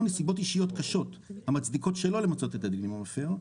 נסיבות אישיות קשות המצדיקות שלא למצות את הדין עם המפר,